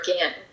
again